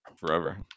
forever